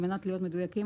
על מנת להיות מדויקים,